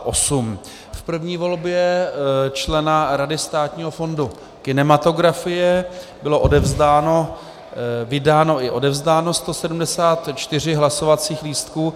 V první volbě člena Rady Státního fondu kinematografie bylo odevzdáno, vydáno i odevzdáno, 174 hlasovacích lístků.